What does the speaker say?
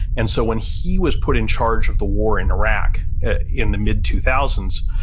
and so, when he was put in charge of the war in iraq in the mid two thousand